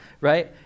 right